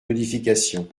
modification